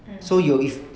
mm